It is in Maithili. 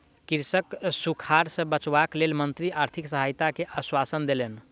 कृषकक सूखाड़ सॅ बचावक लेल मंत्री आर्थिक सहायता के आश्वासन देलैन